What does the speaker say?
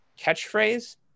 catchphrase